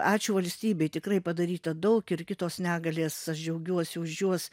ačiū valstybei tikrai padaryta daug ir kitos negalės aš džiaugiuosi už juos